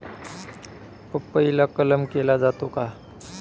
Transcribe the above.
पपईला कलम केला जातो का?